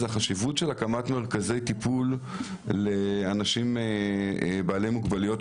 הוא החשיבות של הקמת מרכזי טיפול לאנשים בעלי מוגבלויות,